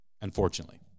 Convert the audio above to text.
unfortunately